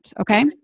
okay